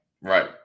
Right